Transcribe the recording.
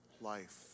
life